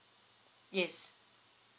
yes